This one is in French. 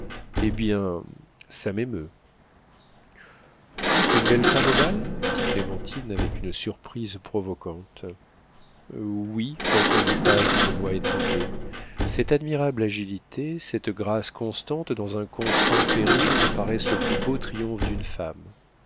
eh bien ça m'émeut plus qu'une belle femme au bal dit clémentine avec une surprise provoquante oui répondit paz d'une voix étranglée cette admirable agilité cette grâce constante dans un constant péril me paraissent le plus beau triomphe d'une femme